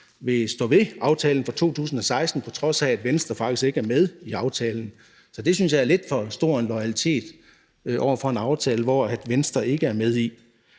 vil stå ved aftalen fra 2016, på trods af at Venstre faktisk ikke er med i aftalen. Det synes jeg er lidt for stor en loyalitet over for en aftale, som Venstre ikke er med i.